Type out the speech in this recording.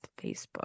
Facebook